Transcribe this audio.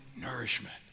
nourishment